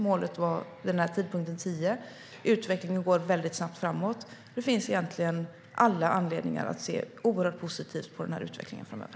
Målet var att ligga på 10 procent vid den här tidpunkten. Utvecklingen går snabbt framåt. Det finns egentligen all anledning att se oerhört positivt på den här utvecklingen framöver.